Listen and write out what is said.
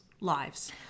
lives